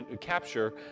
capture